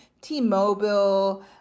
T-Mobile